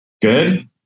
Good